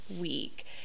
week